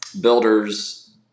builders